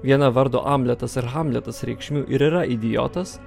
viena vardo amletas ar hamletas reikšmių ir yra idiotas